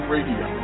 Radio